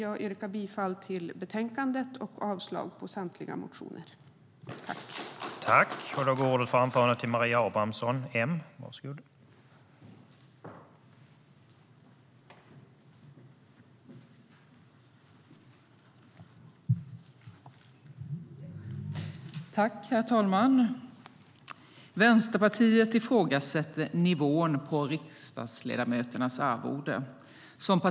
Jag yrkar bifall till förslaget i betänkandet och avslag på samtliga motioner.